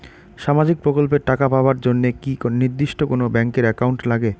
সামাজিক প্রকল্পের টাকা পাবার জন্যে কি নির্দিষ্ট কোনো ব্যাংক এর একাউন্ট লাগে?